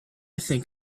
think